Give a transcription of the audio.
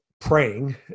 praying